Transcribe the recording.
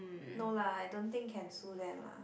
no lah I don't think can sue them lah